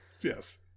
Yes